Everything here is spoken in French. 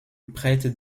prête